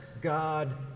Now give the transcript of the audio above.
God